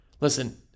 listen